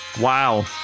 Wow